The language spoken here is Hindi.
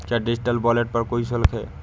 क्या डिजिटल वॉलेट पर कोई शुल्क है?